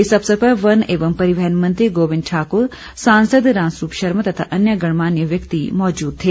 इस अवसर पर वन एवं परिवहन मंत्री गोबिन्द ठाकुर सांसद रामस्वरूप शर्मा तथा अन्य गणमान्य व्यक्ति मौजूद थे